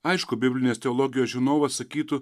aišku biblinės teologijos žinovas sakytų